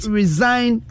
resign